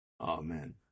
Amen